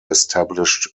established